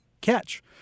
catch